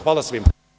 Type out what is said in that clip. Hvala svima.